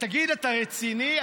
תגיד, אתה רציני?